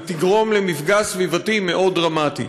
היא תגרום למפגע סביבתי מאוד דרמטי.